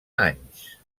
anys